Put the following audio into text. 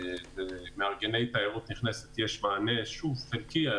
למארגני תיירות נכנסת יש מענה חלקי.